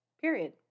Period